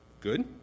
Good